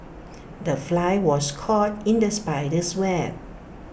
the fly was caught in the spider's web